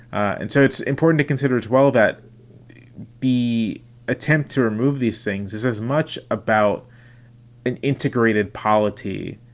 and so it's important to consider as well that be attempt to remove these things is as much about an integrated polity,